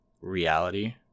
reality